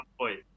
point